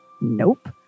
Nope